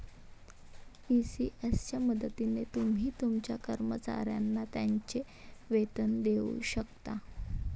ECS च्या मदतीने तुम्ही तुमच्या कर्मचाऱ्यांना त्यांचे वेतन देऊ शकता